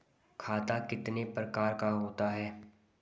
खाता कितने प्रकार का होता है?